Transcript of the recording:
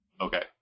Okay